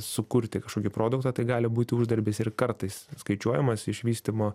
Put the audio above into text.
sukurti kažkokį produktą tai gali būti uždarbis ir kartais skaičiuojamas iš vystymo